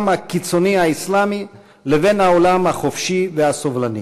הקיצוני האסלאמי לבין העולם החופשי והסובלני.